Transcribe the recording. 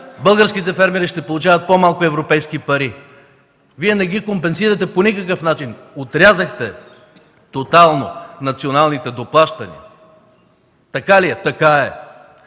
българските фермери ще получават по-малко европейски пари. Вие не ги компенсирате по никакъв начин. Отрязахте тотално националните доплащания. Така ли е? Така е!